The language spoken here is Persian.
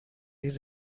این